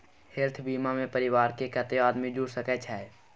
Health बीमा मे परिवार के कत्ते आदमी जुर सके छै?